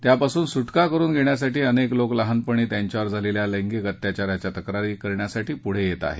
त्यापासून सुटका करुन घेण्यासाठी अनेक लोक लहानपणी त्यांच्यावर झालेल्या लैंगिक अत्याचाराच्या तक्रारी करण्यासाठी पुढं येत आहेत